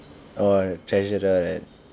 oh treasurer right